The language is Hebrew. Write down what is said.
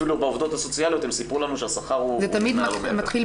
אפילו בעובדות הסוציאליות הם סיפרו לנו שהשכר הוא מעל ומעבר.